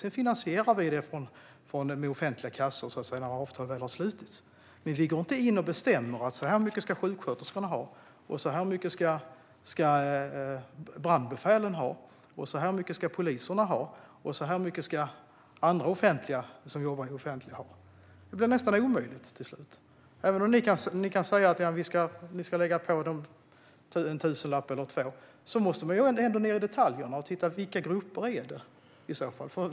Sedan finansierar vi det från den offentliga kassan när avtal väl har slutits, men vi går inte in och bestämmer hur mycket sjuksköterskorna ska ha, hur mycket brandbefälen ska ha, hur mycket poliserna ska ha och hur mycket andra som jobbar i det offentliga ska ha. Det blir nästan omöjligt till slut. Ni kan säga att ni ska lägga på en tusenlapp eller två, Tomas Tobé, men man måste ändå gå ned på detaljnivå och titta på vilka grupper det i så fall skulle handla om.